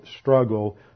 struggle